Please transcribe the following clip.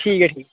ठीक ऐ ठीक ऐ